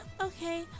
Okay